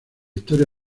historia